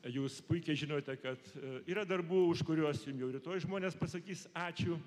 jūs puikiai žinote kad yra darbų už kuriuos jum jau rytoj žmonės pasakys ačiū